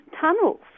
tunnels